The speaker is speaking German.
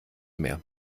mehr